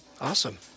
Awesome